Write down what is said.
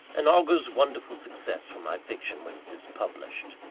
and augurs wonderful success for my fiction when it is published.